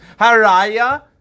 Haraya